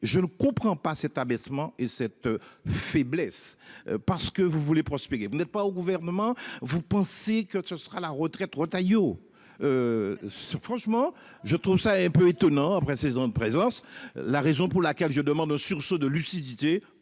Je ne comprends pas cet abaissement et cette faiblesse. Parce que vous voulez, vous n'êtes pas au gouvernement, vous pensez que ce sera la retraite Retailleau. Franchement je trouve ça un peu étonnant après 16 ans de présence. La raison pour laquelle je demande un sursaut de lucidité,